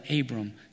Abram